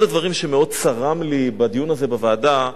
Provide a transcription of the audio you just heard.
אחד הדברים שמאוד צרם לי בדיון הזה בוועדה,